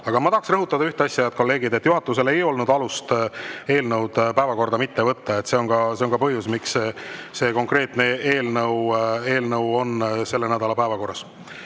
Aga ma tahan rõhutada ühte asja, head kolleegid: juhatusel ei olnud alust eelnõu päevakorda mitte võtta. See on ka põhjus, miks see konkreetne eelnõu on selle nädala päevakorras. Andrei